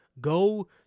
go